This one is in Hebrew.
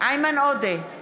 איימן עודה,